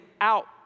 out